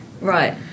Right